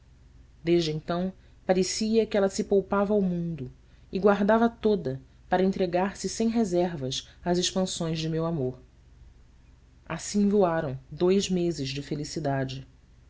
desde então parecia que ela se poupava ao mundo e guardava toda para entregar-se sem reserva às expansões de meu amor assim voaram dois meses de felicidade